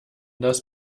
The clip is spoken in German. das